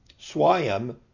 Swayam